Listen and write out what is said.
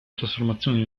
trasformazione